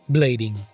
Blading